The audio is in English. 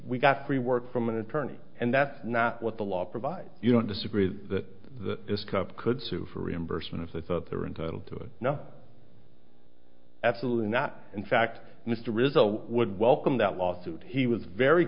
we got three work from an attorney and that's not what the law provides you don't disagree that the cup could sue for reimbursement if they thought they were entitled to it no absolutely not in fact mr rizzo would welcome that lawsuit he was very